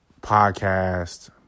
podcast